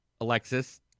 Alexis